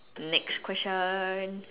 next question